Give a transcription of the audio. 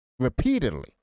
repeatedly